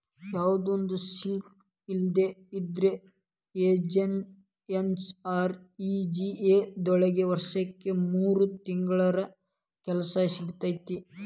ಯಾವ್ದು ಸ್ಕಿಲ್ ಇಲ್ದೆ ಇದ್ರೂ ಎಂ.ಜಿ.ಎನ್.ಆರ್.ಇ.ಜಿ.ಎ ದೊಳಗ ವರ್ಷಕ್ ಮೂರ್ ತಿಂಗಳರ ಕೆಲ್ಸ ಸಿಗತ್ತ